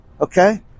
Okay